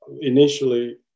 Initially